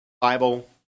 Bible